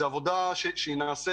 זו עבודה שנעשית